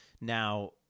now